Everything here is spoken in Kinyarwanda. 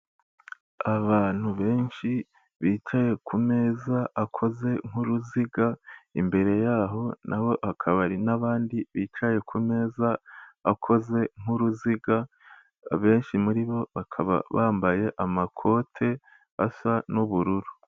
Abantu benshi bicaye kumeza akoze nkuruziga, imbere yaho nabo akabari nabandi bicaye kumeza akoze nk'uruziga, benshi muri bo bakaba bambaye amakote asa n'ubururu.